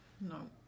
No